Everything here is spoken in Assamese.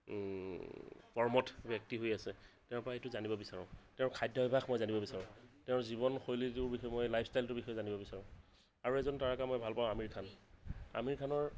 কৰ্মঠ ব্যক্তি হৈ আছে তেওঁৰ পৰা এইটো জানিব বিচাৰোঁ তেওঁৰ খাদ্যাভাস মই জানিব বিচাৰোঁ তেওঁৰ জীৱন শৈলীটোৰ বিষয়ে মই লাইফ ষ্টাইলটোৰ বিষয়ে জানিব বিচাৰোঁ আৰু এজন তাৰকা মই ভাল পাওঁ আমিৰ খান আমিৰ খানৰ